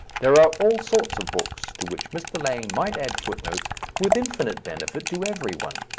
there are all sorts of books to which mr. lang might add footnotes with infinite benefit to every one.